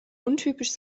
untypisch